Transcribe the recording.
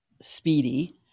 speedy